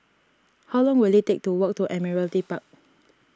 how long will it take to walk to Admiralty Park